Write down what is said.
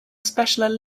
special